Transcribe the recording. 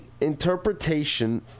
interpretation